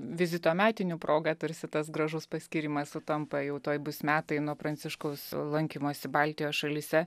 vizito metinių proga tarsi tas gražus paskyrimas sutampa jau tuoj bus metai nuo pranciškaus lankymosi baltijos šalyse